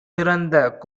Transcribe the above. திறந்த